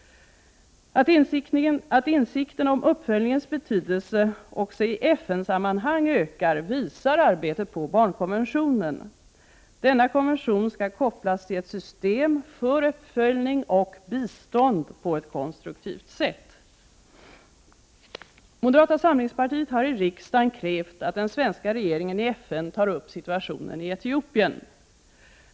Att insikten om uppföljningens betydelse också i FN-sammanhang ökar visar arbetet på barnkonventionen. Denna konvention skall kopplas till ett system för uppföljning och bistånd på ett konstruktivt sätt. Moderata samlingspartiet har i riksdagen krävt att den svenska regeringen i FN tar upp situationen i Etiopien.